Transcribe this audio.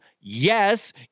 Yes